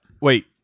Wait